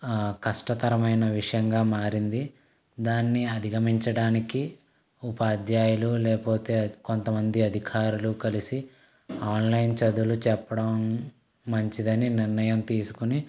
కష్టతరమైన విషయంగా మారింది దాన్ని అధిగమించడానికి ఉపాద్యాయులు లేకపోతే కొంతమంది అధికారులు కలిసి ఆన్లైన్ చదువులు చెప్పడం మంచిదని నిర్ణయం తీసుకుని